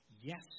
Yes